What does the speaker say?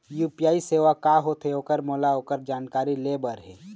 UPI सेवा का होथे ओकर मोला ओकर जानकारी ले बर हे?